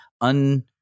un-